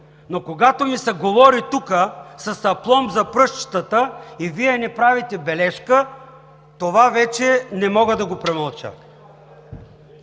но когато ми се говори тук с апломб за пръстчетата и Вие не правите бележка, това вече не мога да го премълча.